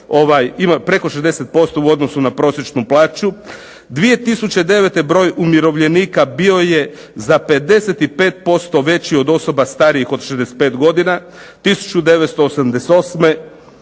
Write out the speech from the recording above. ima preko 60% u odnosu na prosječnu plaću. 2009. broj umirovljenika bio je za 55% veći od osoba starijih od 65 godina. 1988.